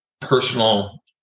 personal